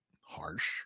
harsh